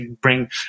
bring